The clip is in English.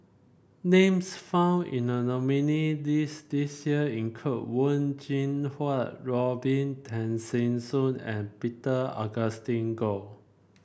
names found in the nominee list this year include Wen Jinhua Robin Tessensohn and Peter Augustine Goh